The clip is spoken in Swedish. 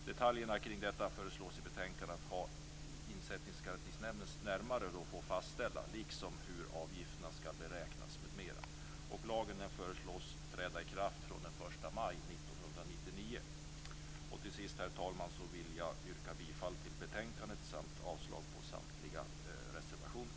Detaljerna kring detta föreslås i betänkandet att Insättningsgarantinämnden närmare skall få fastställa, liksom hur avgifterna skall beräknas m.m. Lagen föreslås träda i kraft den 1 maj 1999. Till sist, herr talman, yrkar jag bifall till utskottets hemställan samt avslag på samtliga reservationer.